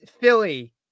Philly